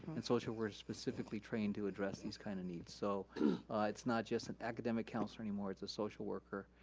and social workers specifically trained to address these kind of needs. so it's not just an academic counselor anymore, it's a social worker.